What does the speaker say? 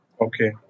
Okay